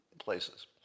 places